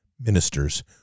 ministers